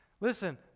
Listen